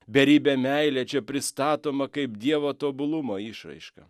beribė meilė čia pristatoma kaip dievo tobulumo išraiška